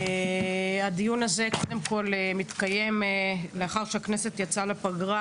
הדיון הזה קודם כל מתקיים לאחר שהכנסת יצאה לפגרה,